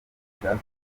ashaka